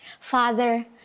Father